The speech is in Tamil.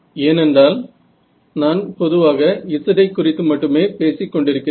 ஏனென்றால் நான் பொதுவாக z ஐ குறித்து மட்டுமே பேசிக் கொண்டிருக்கிறேன்